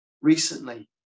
recently